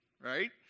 right